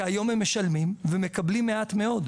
כי היום הם משלמים ומקבלים מעט מאוד.